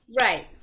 Right